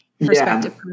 perspective